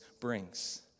brings